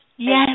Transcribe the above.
Yes